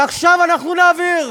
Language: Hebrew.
ועכשיו אנחנו נעביר.